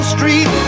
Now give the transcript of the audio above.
Street